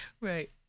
right